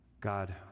God